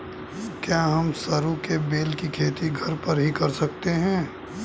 क्या हम सरू के बेल की खेती घर पर ही कर सकते हैं?